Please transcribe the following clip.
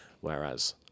whereas